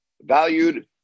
valued